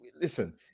Listen